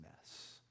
mess